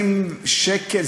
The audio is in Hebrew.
20 שקל?